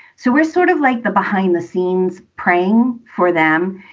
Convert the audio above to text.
so we're sort of like the behind the scenes, praying for them,